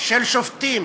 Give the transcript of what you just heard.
של שופטים,